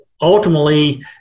Ultimately